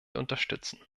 unterstützen